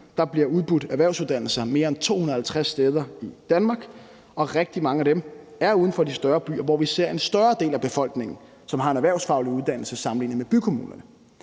Der bliver udbudt erhvervsuddannelser mere end 250 steder i Danmark, og rigtig mange af dem ligger uden for de større byer, hvor vi ser en større del af befolkningen, som har en erhvervsfaglig uddannelse, sammenlignet med i bykommunerne.